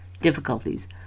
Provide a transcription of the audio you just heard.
difficulties